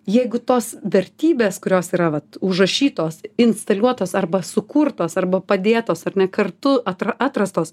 jeigu tos vertybės kurios yra vat užrašytos instaliuotos arba sukurtos arba padėtos ar ne kartu atra atrastos